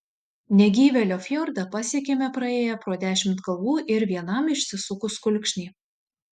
negyvėlio fjordą pasiekėme praėję pro dešimt kalvų ir vienam išsisukus kulkšnį